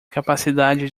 capacidade